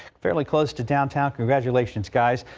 fairly close to downtown congratulations guys.